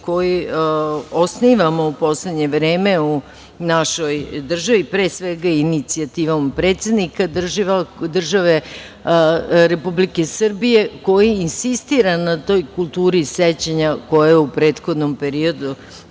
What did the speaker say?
koji osnivamo u poslednje vreme u našoj državi, pre svega inicijativom predsednika države Republike Srbije, koji insistira na toj kulturi sećanja koja u prethodnom periodu,